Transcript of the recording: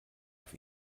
auf